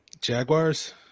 Jaguars